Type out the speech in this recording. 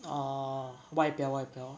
orh 外表外表